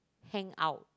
hang out